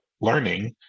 learning